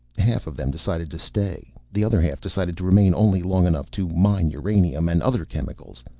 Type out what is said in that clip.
half of them decided to stay the other half decided to remain only long enough to mine uranium and other chemicals.